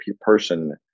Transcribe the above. person